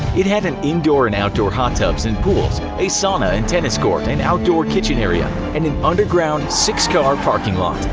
it had indoor and outdoor hot tubs and pools, a sauna and tennis court, an outdoor kitchen area and an underground six car parking lot.